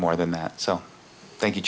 more than that so thank you